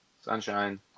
Sunshine